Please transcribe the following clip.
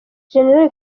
gen